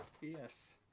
Yes